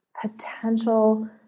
potential